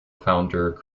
founder